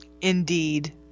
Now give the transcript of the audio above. Indeed